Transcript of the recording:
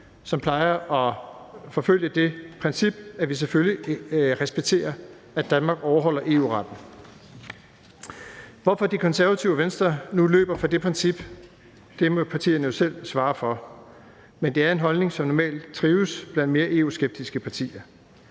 som plejer at forfølge det princip, at vi selvfølgelig respekterer, at Danmark overholder EU-retten. Hvorfor De Konservative og Venstre nu løber fra det princip, må partierne selv svare for, men det er en holdning, som normalt trives blandt mere EU-skeptiske partier,